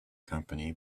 company